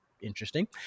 interesting